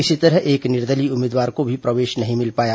इसी तरह एक निर्दलीय उम्मीदवार को भी प्रवेश नहीं मिल पाया